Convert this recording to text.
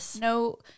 no